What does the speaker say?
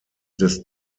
des